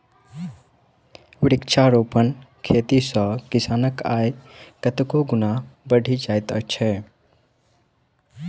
वृक्षारोपण खेती सॅ किसानक आय कतेको गुणा बढ़ि जाइत छै